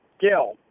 Gil